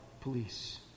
police